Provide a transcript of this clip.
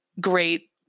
great